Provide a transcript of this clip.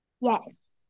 Yes